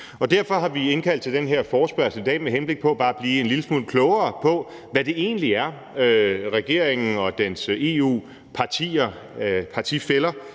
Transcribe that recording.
derfor har vi indkaldt til den her forespørgselsdebat i dag med henblik på bare at blive en lille smule klogere på, hvad det egentlig er, regeringen og dens EU-partifæller